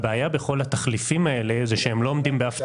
הבעיה בכל התחליפים האלה היא שהם לא עומדים באף תקן.